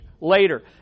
later